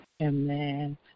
Amen